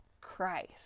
Christ